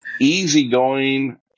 easygoing